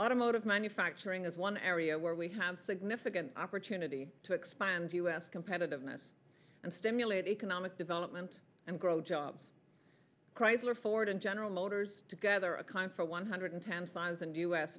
automotive manufacturing is one area where we have significant opportunity to expand u s competitiveness and stimulate economic development and grow jobs chrysler ford and general motors together a conference one hundred ten thousand u